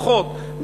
פחות,